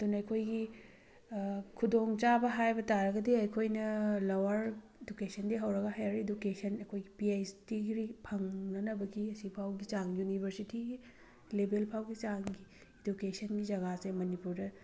ꯑꯗꯨꯅ ꯑꯩꯈꯣꯏꯒꯤ ꯈꯨꯗꯣꯡ ꯆꯥꯕ ꯍꯥꯏꯕ ꯇꯥꯔꯒꯗꯤ ꯑꯩꯈꯣꯏꯅ ꯂꯋꯥꯔ ꯏꯗꯨꯀꯦꯁꯟꯗꯩ ꯍꯧꯔꯒ ꯍꯌꯥꯔ ꯏꯗꯨꯀꯦꯁꯟ ꯑꯩꯈꯣꯏꯒꯤ ꯄꯤ ꯑꯩꯆ ꯗꯤꯒ꯭ꯔꯤ ꯐꯪꯅꯅꯕꯒꯤ ꯑꯁꯤ ꯐꯥꯎꯒꯤ ꯆꯥꯡ ꯌꯨꯅꯤꯕꯔꯁꯤꯇꯤꯒꯤ ꯂꯦꯕꯦꯜ ꯐꯥꯎꯒꯤ ꯆꯥꯡꯒꯤ ꯏꯗꯨꯀꯦꯁꯟꯒꯤ ꯖꯒꯥꯁꯦ ꯃꯅꯤꯄꯨꯔꯗ